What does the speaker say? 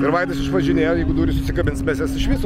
ir vaidas išvažinėjo jeigu durys užsikabins mes jas iš viso